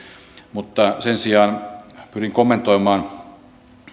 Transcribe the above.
mutta sen sijaan pyrin kommentoimaan